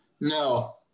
No